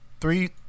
Three